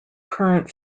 current